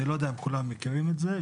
אני לא יודע אם כולם מכירים את זה,